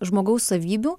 žmogaus savybių